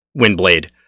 Windblade